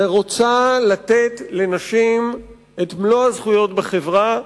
שרוצה לתת לנשים את מלוא הזכויות בחברה,